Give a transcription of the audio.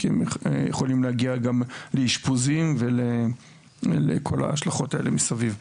כי הם יכולים להגיע גם לאשפוזים ולכל ההשלכות האלה מסביב.